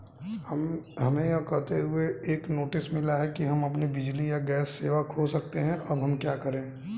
हमें यह कहते हुए एक नोटिस मिला कि हम अपनी बिजली या गैस सेवा खो सकते हैं अब हम क्या करें?